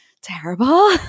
terrible